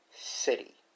City